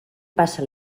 passa